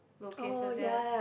located there